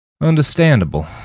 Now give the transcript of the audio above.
Understandable